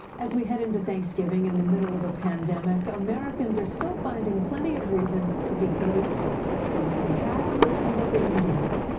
as we head into thanksgiving in the middle of a pandemic americans are still finding plenty of reasons to be grateful for what they have and what they can give.